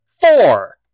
Four